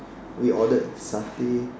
we ordered Satay